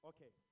Okay